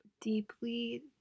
deeply